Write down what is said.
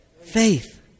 faith